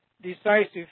decisive